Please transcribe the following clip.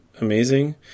amazing